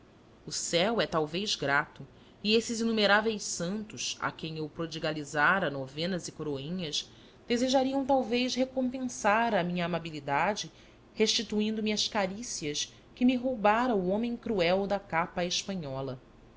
o céu é talvez grato e esses inumeráveis santos a quem eu prodigalizara novenas e coroinhas desejariam talvez recompensar a minha amabilidade restituindo me as carícias que me roubara o homem cruel da capa à espanhola